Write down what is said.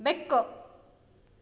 ಬೆಕ್ಕು